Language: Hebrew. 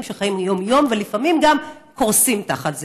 שחיים יום-יום ולפעמים גם קורסים תחת זה,